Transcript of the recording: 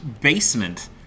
basement